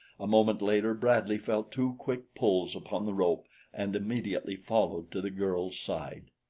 a moment later bradley felt two quick pulls upon the rope and immediately followed to the girl's side.